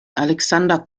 alexander